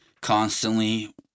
constantly